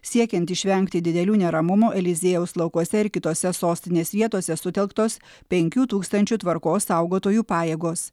siekiant išvengti didelių neramumų eliziejaus laukuose ir kitose sostinės vietose sutelktos penkių tūkstančių tvarkos saugotojų pajėgos